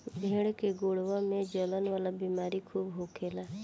भेड़ के गोड़वा में जलन वाला बेमारी खूबे होखेला